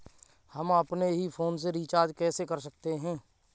हम अपने ही फोन से रिचार्ज कैसे कर सकते हैं?